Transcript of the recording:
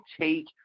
take